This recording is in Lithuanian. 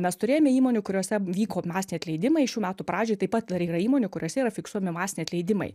mes turėjome įmonių kuriose vyko masiniai atleidimai šių metų pradžioj taip pat dar yra įmonių kuriose yra fiksuojami masiniai atleidimai